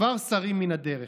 כבר סרים מן הדרך.